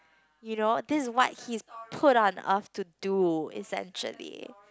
you know this is what he put on earth to do essentially